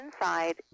inside